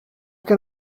can